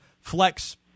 flex